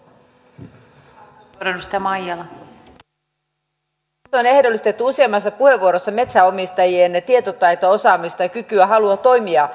tässä on ehdollistettu useammassa puheenvuorossa metsänomistajien tietotaitoa osaamista kykyä ja halua toimia sen mukaisesti